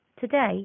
Today